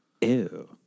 ew